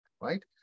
right